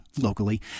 locally